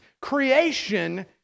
creation